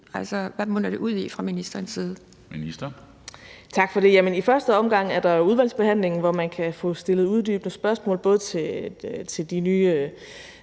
og ældreministeren (Astrid Krag): Tak for det. I første omgang er der udvalgsbehandlingen, hvor man bl.a. kan få stillet uddybende spørgsmål til de nye